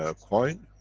ah coin,